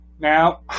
Now